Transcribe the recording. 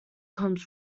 comes